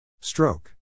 Stroke